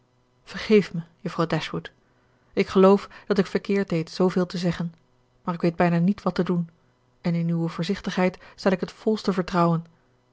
vergeef mij juffrouw dashwood ik geloof dat ik verkeerd deed zooveel te zeggen maar ik weet bijna niet wat te doen en in uwe voorzichtigheid stel ik het volste vertrouwen